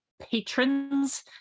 patrons